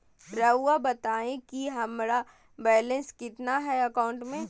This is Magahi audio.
रहुआ बताएं कि हमारा बैलेंस कितना है अकाउंट में?